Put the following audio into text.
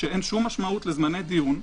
שבה אין משמעות לזמני דיון?